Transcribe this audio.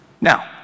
Now